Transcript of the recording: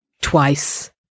twice